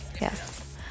Yes